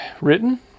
written